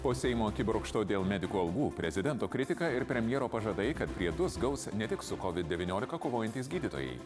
po seimo akibrokšto dėl medikų algų prezidento kritika ir premjero pažadai kad priedus gaus ne tik su covid devyniolika kovojantys gydytojai